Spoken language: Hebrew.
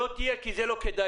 לא תהיה כי זה לא כדאי,